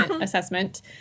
assessment